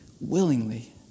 willingly